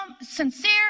sincere